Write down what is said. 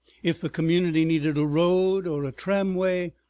if the community needed a road or a tramway,